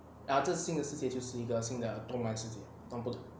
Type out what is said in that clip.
ah 这个新的世界就是一个新的动漫世界不同